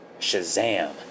Shazam